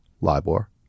LIBOR